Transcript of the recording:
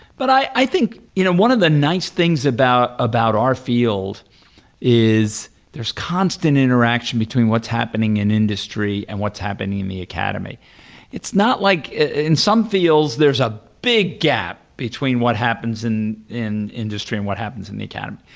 but i i think you know one of the nice things about about our field is there's constant interaction between what's happening in industry and what's happening in the academy like in some fields there's a big gap between what happens in in industry and what happens in the academy.